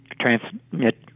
transmit